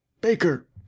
baker